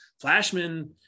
flashman